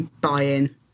buy-in